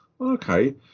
Okay